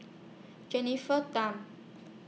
Jennifer Tham